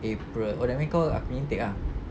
april oh that means kau aku punya intake ah